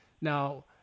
Now